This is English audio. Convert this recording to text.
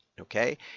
Okay